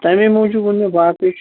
تَمے موٗجوٗب ووٚن مےٚ باقٕے چھُ